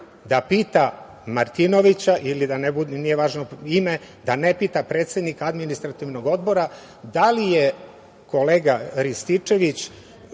da pita Martinovića, nije važno ime, da ne pita predsednika Administrativnog odbora, da li kolega Rističević